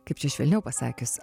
kaip čia švelniau pasakius